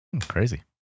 Crazy